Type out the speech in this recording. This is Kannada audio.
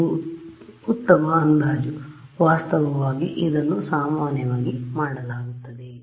ಇದು ಉತ್ತಮ ಅಂದಾಜು ವಾಸ್ತವವಾಗಿ ಇದನ್ನು ಸಾಮಾನ್ಯವಾಗಿ ಮಾಡಲಾಗುತ್ತದೆ